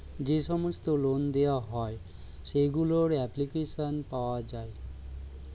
যে সমস্ত লোন দেওয়া হয় সেগুলোর অ্যাপ্লিকেশন পাওয়া যায়